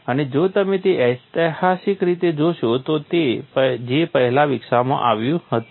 અને જો તમે તેને ઐતિહાસિક રીતે જોશો તો તે J પહેલા વિકસાવવામાં આવ્યું હતું